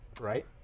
right